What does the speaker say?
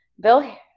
Bill